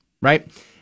right